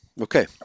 Okay